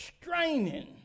Straining